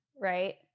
right